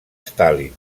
stalin